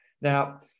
now